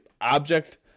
object